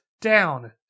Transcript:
down